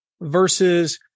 versus